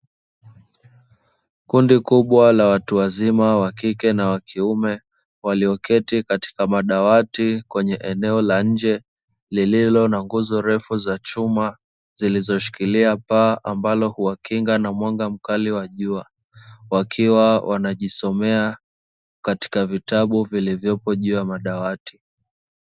Kundi kubwa la watu wazima wakike na wakiume walioketi katika madawati kwenye eneo la nje, lililo na nguzo refu za chuma zilizoshikilia paa ambalo huwakinga na mwanga mkali wa jua wakiwa wanajisomea, katika vitabu vilivyopo juu ya madawati.